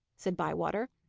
said bywater.